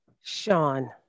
Sean